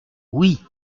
oui